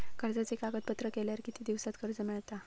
कर्जाचे कागदपत्र केल्यावर किती दिवसात कर्ज मिळता?